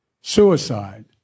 suicide